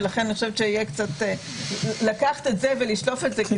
ולכן אני חושבת שיהיה קצת בעייתי לקחת את זה ולשלוף את זה כזכות.